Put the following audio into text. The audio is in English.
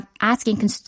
asking